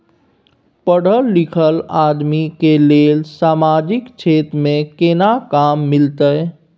पढल लीखल आदमी के लेल सामाजिक क्षेत्र में केना काम मिलते?